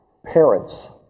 Parents